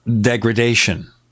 degradation